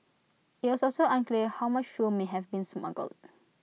IT was also unclear how much fuel may have been smuggled